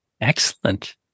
Excellent